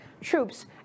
troops